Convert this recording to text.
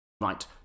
right